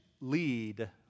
lead